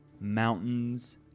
mountains